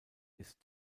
ist